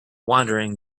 wandering